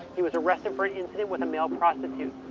he was arrested for an incident with a male prostitute.